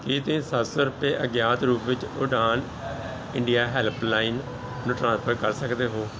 ਕੀ ਤੁਸੀਂਂ ਸੱਤ ਸੌ ਰੁਪਏ ਅਗਿਆਤ ਰੂਪ ਵਿੱਚ ਉਡਾਣ ਇੰਡੀਆ ਹੈਲਪਲਾਈਨ ਨੂੰ ਟ੍ਰਾਂਸਫਰ ਕਰ ਸਕਦੇ ਹੋ